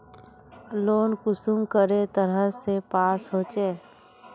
Loan कुंसम करे तरह से पास होचए?